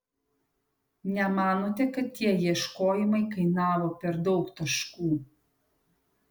nemanote kad tie ieškojimai kainavo per daug taškų